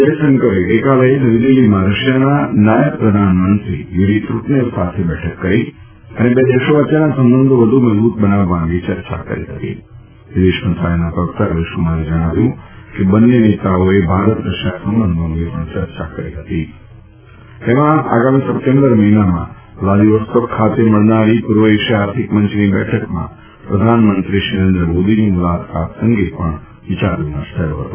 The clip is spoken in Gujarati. જયશંકરે ગઈકાલે નવી દિલ્ફીમાં રશિયાના નાયબ પ્રધાનમંત્રી યુરી તૃટનેવ સાથે બેઠક કરી અને બે દેશો વચ્ચેના સંબંધો વધુ મજબૂત બનાવવા અંગે ચર્ચા કરી ફતી વિદેશ મંત્રાલયના પ્રવક્તા રવીશકુમારે જણાવ્યું કે બંને નેતાઓએ ભારત રશિયા સંબંધો અંગે પણ ચર્ચા કરી ફતી તેમાં આગામી સપ્ટેમ્બર માસમાં વ્લાદીવોસ્ટોક ખાતે મળનારી પૂર્વ એશિયા આર્થિક મંચની બેઠકમાં પ્રધાનમંત્રી શ્રી નરેન્દ્ર મોદીની મુલાકાત અંગે પણ વિચાર વિમર્શ થયો હતો